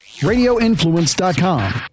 radioinfluence.com